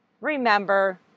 remember